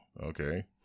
okay